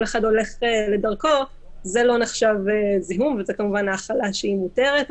אחד הולך לדרכו זה לא נחשב זיהום וזאת האכלה מותרת.